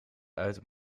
uit